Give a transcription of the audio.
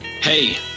Hey